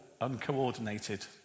uncoordinated